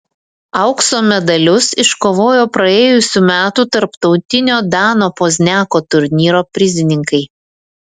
aukso medalius iškovojo praėjusių metų tarptautinio dano pozniako turnyro prizininkai